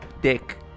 dick